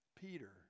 Peter